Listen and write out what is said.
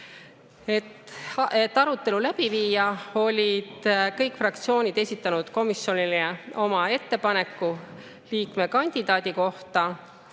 Et arutelu läbi viia, olid kõik fraktsioonid esitanud komisjonile oma ettepaneku liikmekandidaadi kohta.